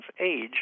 age